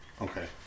Okay